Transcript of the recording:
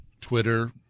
Twitter